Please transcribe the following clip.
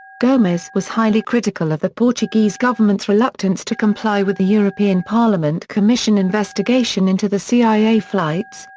gomes was highly critical of the portuguese government's reluctance to comply with the european parliament commission investigation into the cia flights,